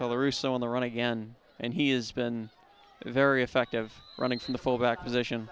hellery so on the run again and he has been very effective running from the fullback position